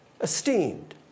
esteemed